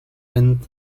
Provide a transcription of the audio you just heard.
went